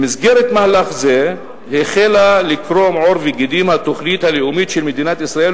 במסגרת מהלך זה החלה לקרום עור וגידים התוכנית הלאומית של מדינת ישראל,